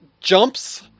jumps